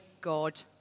God